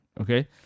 Okay